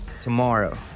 Tomorrow